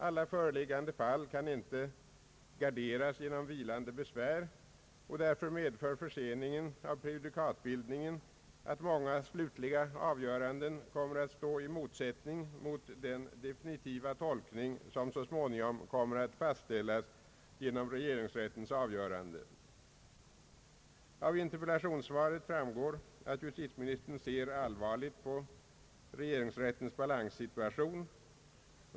Alla föreliggande fall kan inte garderas genom vilande besvär, och därför medför förseningen av prejudikatbildningen att många slutliga avgöranden kommer att stå i motsättning till den definitiva tolkning som så småningom kommer att fastställas genom regeringsrättens avgörande. Av interpellationssvaret framgår att justitieministern ser allvarligt på regeringsrättens balanssituation.